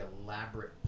elaborate